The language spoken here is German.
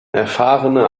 erfahrene